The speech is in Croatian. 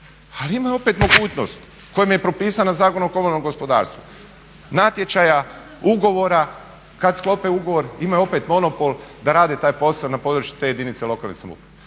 Ali imaju opet mogućnost koja im je propisana Zakonom o komunalnom gospodarstvu. Natječaja, ugovora, kad sklope ugovor imaju opet monopol da rade taj posao na području te jedinice lokalne samouprave.